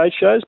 shows